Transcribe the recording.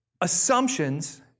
assumptions